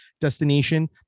destination